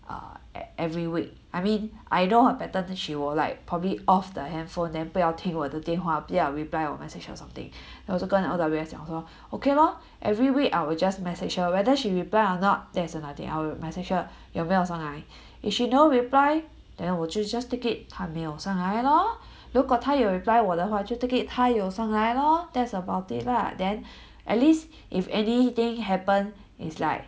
err ev~ every week I mean I know her pattern then she would like probably off the handphone then 不要听我的电话不要 reply 我 message or something then 我就跟 all the rest 讲说 okay lor every week I will just message her whether she reply or not that's another thing I will message her 要不要上来 if she don't reply then 我就 just take it 她没有上来咯如果她有 reply 我的话我就 take it 她有上来咯 that's about it lah then at least if anything happen it's like